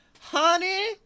Honey